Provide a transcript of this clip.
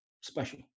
special